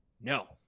no